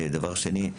ודבר שני,